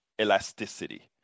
elasticity